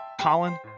Colin